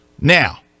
Now